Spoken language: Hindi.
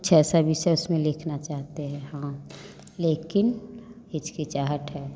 कुछ ऐसा विशेष में लिखना चाहते हैं हम लेकिन हिचकिचाहट है